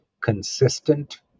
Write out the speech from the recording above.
consistent